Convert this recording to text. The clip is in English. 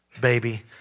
baby